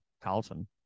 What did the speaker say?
Carlton